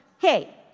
hey